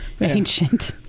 Ancient